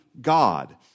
God